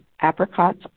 apricots